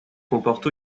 comporte